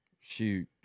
Shoot